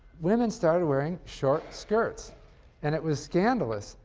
women started wearing short skirts and it was scandalous.